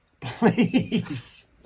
Please